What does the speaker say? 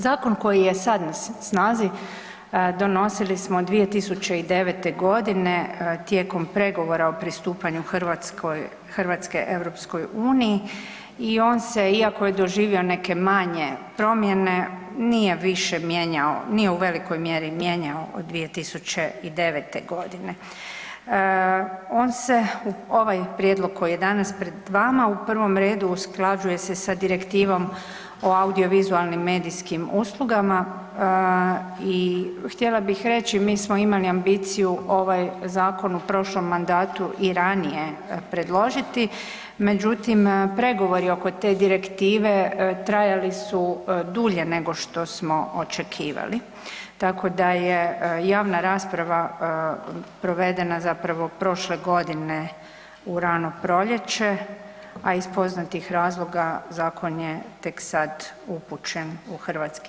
Zakon koji je sad na snazi donosili smo 2009. g. tijekom pregovora o pristupanju Hrvatske EU i on se, iako je doživio neke manje promjene, nije više mijenjao, nije u velikoj mjeri mijenjao od 2009. g. On se, ovaj prijedlog koji je danas pred vama u prvom redu, usklađuje se s Direktivom o audio-vizualnim medijskim uslugama, i htjela bih reći, mi smo imali ambiciju ovaj zakon u prošlom mandatu i ranije predložiti, međutim, pregovori oko te direktive trajali su dulje nego što smo očekivali, tako da je javna rasprava provedena zapravo prošle godine u rano proljeće, a iz poznatih razloga, zakon je tek sad upućen u HS.